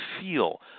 feel